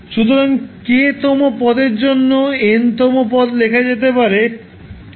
সুতরাং k তম পদের জন্য nতম পদ লেখা যেতে পারে k